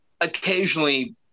occasionally